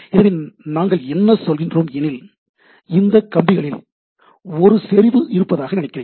எனவே நாங்கள் என்ன சொல்கிறோம் எனில் இந்த கம்பிகளில் ஒரு செறிவு இருப்பதாக நினைக்கிறேன்